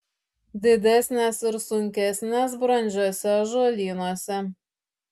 didesnės ir sunkesnės brandžiuose ąžuolynuose